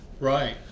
Right